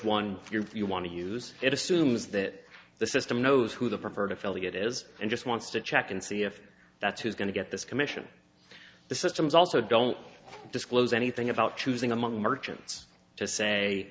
one you want to use it assumes that the system knows who the preferred affiliate is and just wants to check and see if that's who's going to get this commission the systems also don't disclose anything about choosing among merchants to say